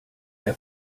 der